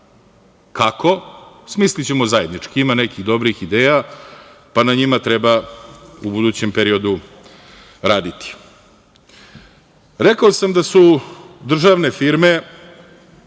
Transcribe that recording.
Kako? Smislićemo zajednički, ima nekih dobrih ideja, pa na njima treba u budućem periodu raditi. Rekao sam da su državne firme,